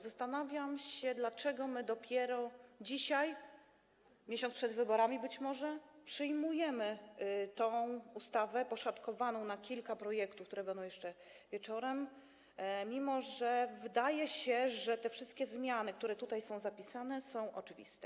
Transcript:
Zastanawiam się, dlaczego dopiero dzisiaj, miesiąc przed wyborami, przyjmujemy tę ustawę poszatkowaną na kilka projektów, które będą omawiane jeszcze wieczorem, mimo że wydaje się, że te wszystkie zmiany, które tutaj są zapisane, są oczywiste.